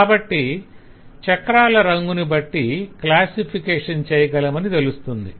కాబట్టి చక్రాల రంగుని బట్టి క్లాసిఫికేషణ్ చేయగలమని తెలుస్తుంది